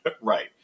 Right